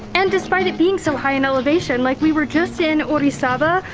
and despite it being so high in elevation, like we were just in orizaba,